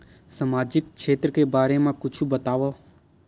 सामजिक क्षेत्र के बारे मा कुछु बतावव?